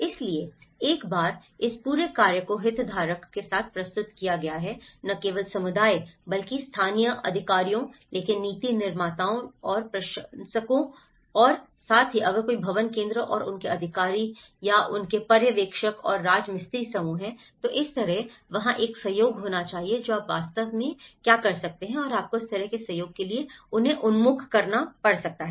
इसलिए एक बार इस पूरे कार्य को हितधारक के साथ प्रस्तुत किया गया है न केवल समुदाय बल्कि स्थानीय अधिकारियों लेकिन नीति निर्माताओं लेकिन प्रशासकों और साथ ही अगर कोई भवन केंद्र और उनके अधिकारी और उनके पर्यवेक्षक और राजमिस्त्री समूह हैं तो इस तरह वहाँ एक सहयोग होना चाहिए जो आप वास्तव में कर सकते हैं और आपको उस तरह के सहयोग के लिए उन्हें उन्मुख करना पड़ सकता है